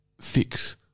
fix